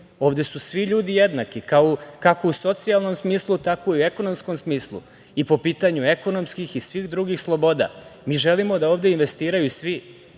Ovde su svi ljudi jednaki, kako u socijalnom smislu, tako i u ekonomskom smislu i po pitanju ekonomskih, i svih drugih sloboda. Mi želimo da ovde investiraju svi.